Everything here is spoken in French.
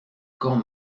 quand